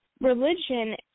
religion